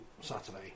Saturday